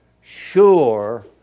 sure